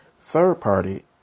third-party